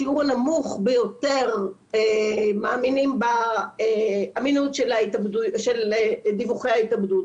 השיעור הנמוך ביותר מאמינים באמינות של דיווחי ההתאבדות.